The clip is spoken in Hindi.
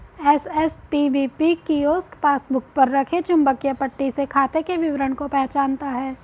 एस.एस.पी.बी.पी कियोस्क पासबुक पर रखे चुंबकीय पट्टी से खाते के विवरण को पहचानता है